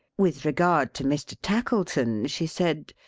with regard to mr. tackleton she said,